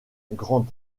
grant